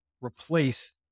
replace